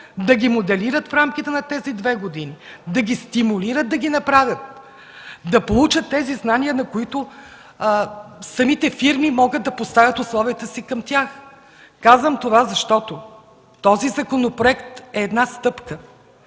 да ги моделират в рамките на тези две години, да ги стимулират да го направят, да получат тези знания, за които самите фирми могат да поставят условията си към тях. Казвам това, защото този законопроект е една стъпка.